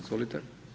Izvolite.